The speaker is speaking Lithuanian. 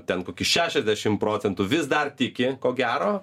ten kok šešiasdešim procentų vis dar tiki ko gero